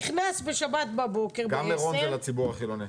נכנס בשבת בבוקר ב-10:00 --- גם מירון זה לציבור החילוני.